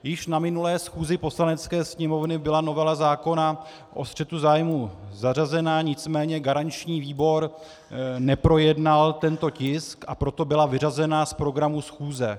Již na minulé schůzi Poslanecké sněmovny byla novela zákona o střetu zájmů zařazena, nicméně garanční výbor neprojednal tento tisk, a proto byla vyřazena z programu schůze.